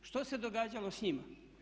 Što se događalo s njima?